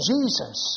Jesus